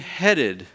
headed